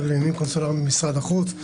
סמנכ"ל לעניינים קונסולריים במשרד החוץ.